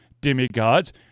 demigods